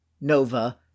Nova